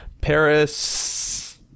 Paris